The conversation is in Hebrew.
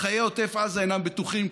חיי עוטף עזה אינם בטוחים,